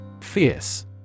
Fierce